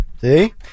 See